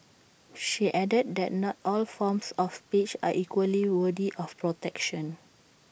she added that not all forms of speech are equally worthy of protection